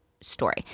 story